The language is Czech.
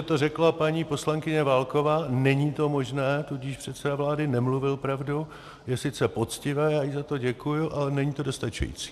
To, že to řekla paní poslankyně Válková, není to možné, tudíž předseda vlády nemluvil pravdu, je sice poctivé, já jí za to děkuji, ale není to dostačující.